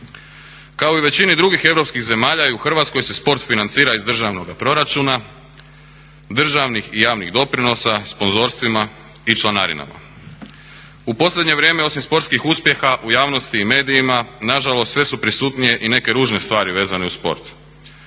Kao i u većini drugih europskih zemalja i u Hrvatskoj se sport financira iz državnoga proračuna, državnih i javnih doprinosa, sponzorstvima i članarinama. U posljednje vrijeme osim sportskih uspjeha u javnosti i medijima nažalost sve su prisutnije i neke ružne stvari vezane uz sport.